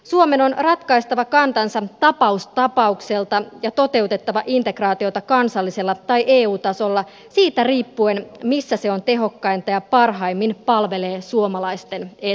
suomen on ratkaistava kantansa tapaus tapaukselta ja toteutettava integraatiota kansallisella tai eu tasolla siitä riippuen missä se on tehokkainta ja parhaimmin palvelee suomalaisten etua